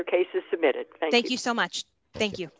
your case is submitted thank you so much thank you